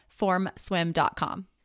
formswim.com